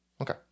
Okay